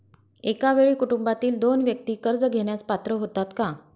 एका वेळी कुटुंबातील दोन व्यक्ती कर्ज घेण्यास पात्र होतात का?